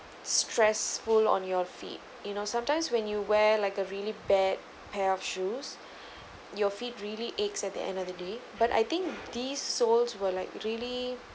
stressful on your feet you know sometimes when you wear like a really bad pair of shoes your feet really aches at the end of the day but I think these soles were like really